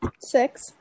six